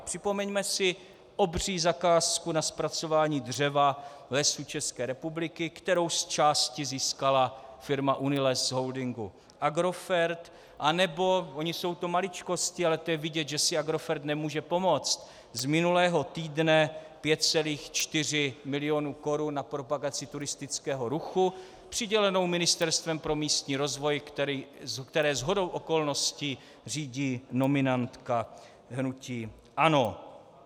Připomeňme si obří zakázku na zpracování dřeva Lesů České republiky, kterou zčásti získala firma Uniles holdingu Agrofert, anebo, ony jsou to maličkosti, ale to je vidět, že si Agrofert nemůže pomoct, z minulého týdne 5,4 milionu korun na propagaci turistického ruchu přidělenou Ministerstvem pro místní rozvoj, které shodou okolností řídí nominantka hnutí ANO.